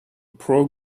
pro